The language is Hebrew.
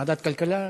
ועדת הכלכלה?